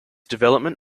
development